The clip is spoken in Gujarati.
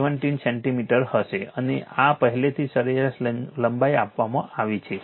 5 17 સેન્ટિમીટર હશે અને આ પહેલેથી જ સરેરાશ લંબાઈ આપવામાં આવી છે